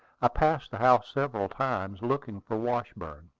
i passed the house several times, looking for washburn,